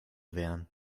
wehren